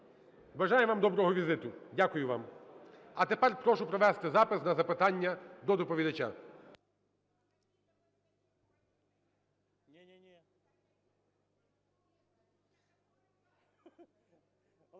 Бажаю вам доброго візиту! Дякую вам. А тепер прошу провести запис на запитання до доповідача.